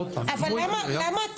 עוד פעם --- אבל למה,